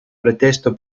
pretesto